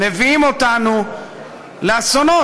מביאים אותנו לאסונות,